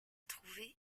trouvés